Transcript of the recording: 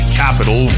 capital